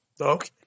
Okay